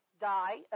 die